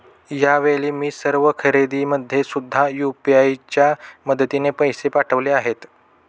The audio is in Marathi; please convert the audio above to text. यावेळी मी सर्व खरेदीमध्ये सुद्धा यू.पी.आय च्या मदतीने पैसे पाठवले आहेत